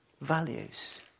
values